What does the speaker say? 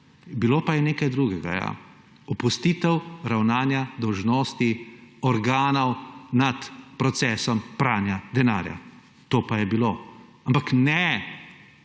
Bilo pa je nekaj drugega, ja, opustitev ravnanja dolžnosti organov nad procesom pranja denarja. To pa je bilo, ampak ne